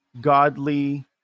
godly